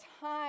time